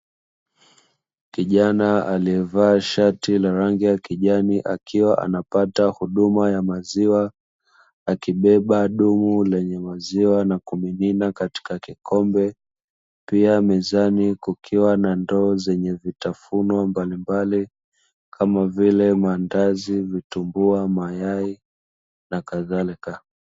Kijana aliyevaa shati la rangi ya kijani akiwa anapata huduma ya maziwa, akibeba dumu lenye maziwa na kumimina katika kikombe, pia mezani kukiwa na ndoo zenye vitafunwa mbalimbali, kama vile: maandazi, vitumbua, mayai na kadhalika.